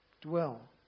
dwell